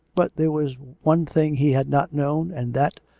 but there was one thing he had not known, and that,